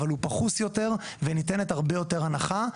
אבל הוא פחוס יותר וניתנת הרבה יותר הנחה,